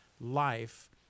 life